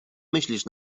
myślisz